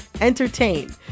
entertain